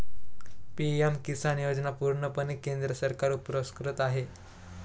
PM किसान योजना पूर्णपणे केंद्र सरकार पुरस्कृत आहे